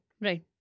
right